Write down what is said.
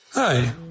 Hi